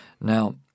now